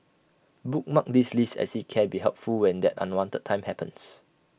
bookmark this list as IT can be helpful when that unwanted time happens